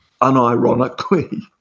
unironically